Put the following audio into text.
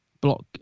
block